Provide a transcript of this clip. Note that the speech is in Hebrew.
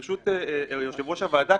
ברשות יושב-ראש הוועדה,